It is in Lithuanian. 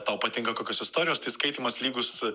tau patinka kokios istorijos tai skaitymas lygus